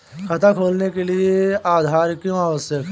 खाता खोलने के लिए आधार क्यो आवश्यक है?